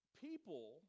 people